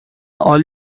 all